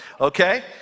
Okay